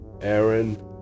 Aaron